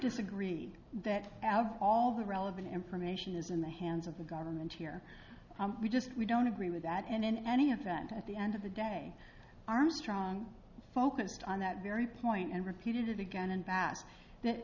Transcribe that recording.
disagree that out of all the relevant information is in the hands of the government here we just we don't agree with that and in any event at the end of the day armstrong focused on that very point and repeated it again